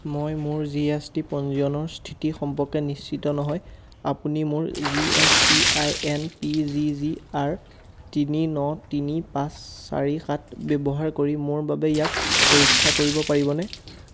মই মোৰ G S T পঞ্জীয়নৰ স্থিতি সম্পৰ্কে নিশ্চিত নহয় আপুনি মোৰ G S T I N P G G R তিনি ন তিনি পাঁচ চাৰি সাত ব্যৱহাৰ কৰি মোৰ বাবে ইয়াক পৰীক্ষা কৰিব পাৰিবনে